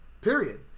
period